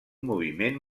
moviment